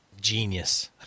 genius